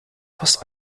fast